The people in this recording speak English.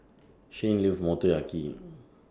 Shayne loves Motoyaki